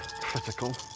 critical